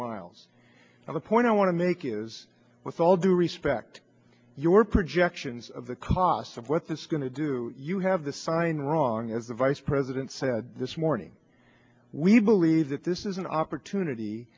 miles of the point i want to make is with all the i respect your projections of the costs of what this is going to do you have the sign wrong as the vice president said this morning we believe that this is an opportunity